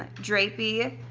drapey,